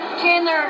Chandler